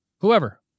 Whoever